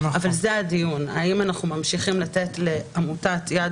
אבל זה הדיון האם אנחנו ממשיכים לתת לעמותת יד